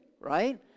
Right